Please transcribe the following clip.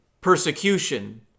persecution